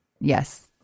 Yes